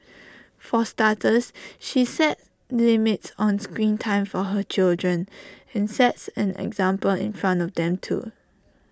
for starters she set limits on screen time for her children and sets an example in front of them too